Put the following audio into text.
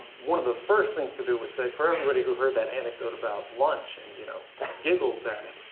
one of the first things to do with say, for anyone who heard that anecdote about lunch and you know giggles at him.